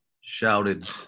shouted